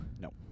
No